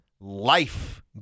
life